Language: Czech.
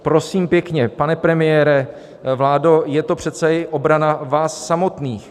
Prosím pěkně, pane premiére, vládo, je to přece i obrana vás samotných.